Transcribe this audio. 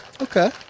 okay